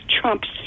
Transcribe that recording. Trump's